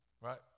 right